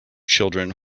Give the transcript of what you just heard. children